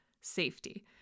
safety